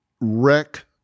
wreck